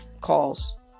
calls